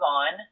on